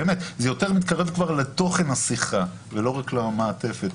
זה כבר יותר מתקרב לתוכן השיחה ולא רק למעטפת.